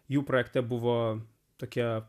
jų projekte buvo tokie